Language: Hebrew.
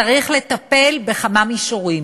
צריך לטפל בכמה מישורים.